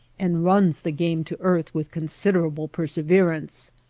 and runs the game to earth with consider able perseverance.